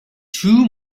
two